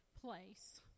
place